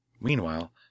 Meanwhile